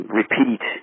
repeat